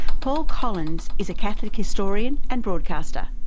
paul collins is a catholic historian and broadcaster.